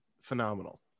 phenomenal